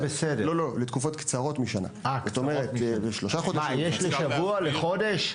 יש לשבוע, לחודש?